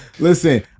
Listen